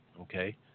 okay